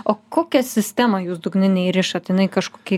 o kokią sistemą jūs dugninėj rišat jinai kažkokia